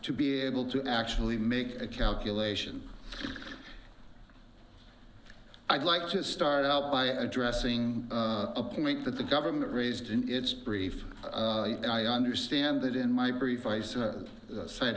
to be able to actually make a calculation i'd like to start out by addressing a point that the government raised in its brief and i understand that in my